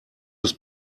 des